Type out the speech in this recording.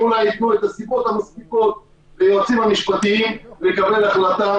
אולי ייתנו את הסיבות המצדיקות ליועצים המשפטיים לקבל החלטה.